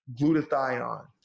glutathione